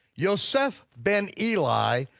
yoseph ben eli,